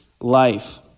life